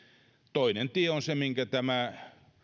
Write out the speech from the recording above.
toinen tie on se minkä tämä